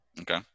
Okay